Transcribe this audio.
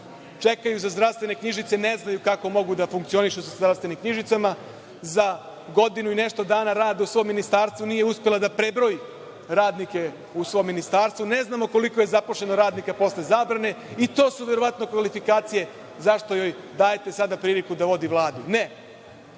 čekaju za zdravstvene knjižice, ne znaju kako mogu da funkcionišu sa zdravstvenim knjižicama. Za godinu i nešto dana rada u svom ministarstvu nije uspela da prebroji radnike u svom ministarstvu. Ne znamo koliko je zaposleno radnika posle zabrane. I to su verovatno kvalifikacije zašto joj dajete sada priliku da vodi Vladu. Ne,